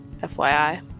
FYI